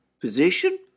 position